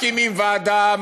מקימים ועדה,